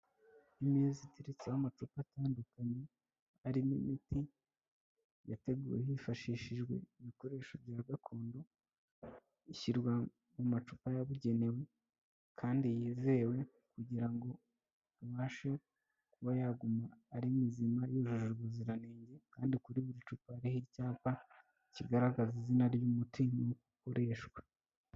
Amacupa atandukanye arimo imiti yateguwe hifashishijwe ibikoresho bya gakondo ishyirwa mu macupa yabugenewe kandi yizewe kugira ngo abashe kuba yaguma ari muzima yujuje ubuziranenge kandi kuri buri cupa hariho icyapa kigaragaza izina ry'umuti